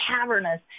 cavernous